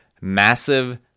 massive